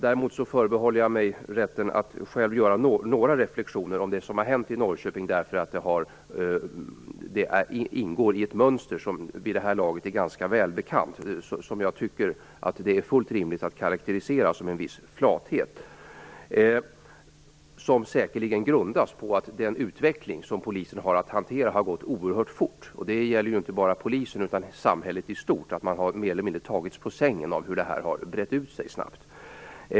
Däremot förbehåller jag mig rätten att själv göra några reflexioner om det som har hänt i Norrköping, eftersom det ingår i ett mönster som vid det här laget är ganska välbekant. Jag tycker att det är fullt rimligt att karakterisera det som en viss flathet, säkerligen grundad på att den utveckling som Polisen har att hantera har gått oerhört fort. Det gäller inte bara Polisen utan samhället i stort att man mer eller mindre har tagits på sängen av den snabba utbredningen av dessa företeelser.